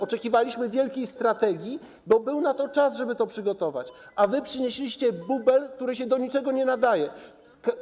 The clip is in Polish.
Oczekiwaliśmy wielkiej strategii, bo był czas na to, żeby ją przygotować, a wy przynieśliście bubel, który się do niczego nie nadaje.